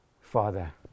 Father